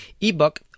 ebook